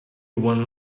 one